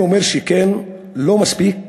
אני אומר שכן, לא מספיק,